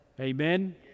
Amen